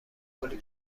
گلی